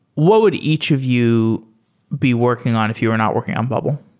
what would each of you be working on if you're not working on bubble?